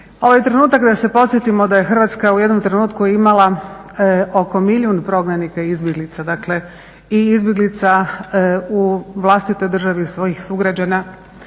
ovo je trenutak da se podsjetimo da je Hrvatska u jednom trenutku imala oko milijun prognanika, izbjeglica, dakle i izbjeglica u vlastitoj državi svojih sugrađana,